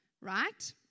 Right